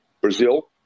Brazil